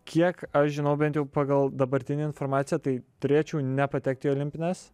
kiek aš žinau bent jau pagal dabartinę informaciją tai turėčiau nepatekt į olimpines